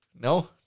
No